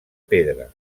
pedra